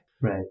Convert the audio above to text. right